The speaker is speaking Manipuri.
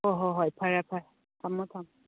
ꯍꯣ ꯍꯣ ꯍꯣꯏ ꯐꯔꯦ ꯐꯔꯦ ꯊꯝꯃꯣ ꯊꯝꯃꯣ